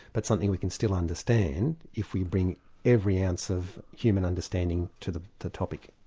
but something we can still understand if we bring every ounce of human understanding to the the topic.